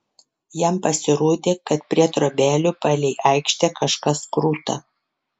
jam pasirodė kad prie trobelių palei aikštę kažkas kruta